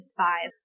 five